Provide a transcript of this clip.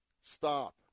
stop